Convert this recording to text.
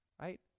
right